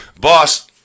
Boss